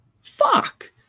Fuck